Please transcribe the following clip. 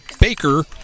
Baker